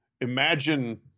imagine